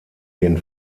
den